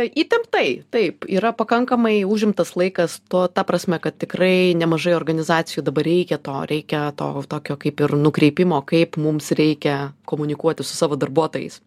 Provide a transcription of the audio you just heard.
įtemptai taip yra pakankamai užimtas laikas tuo ta prasme kad tikrai nemažai organizacijų dabar reikia to reikia to tokio kaip ir nukreipimo kaip mums reikia komunikuoti su savo darbuotojais